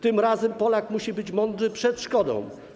Tym razem Polak musi być mądry przed szkodą.